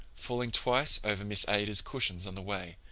falling twice over miss ada's cushions on the way,